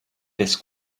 this